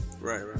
right